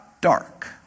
dark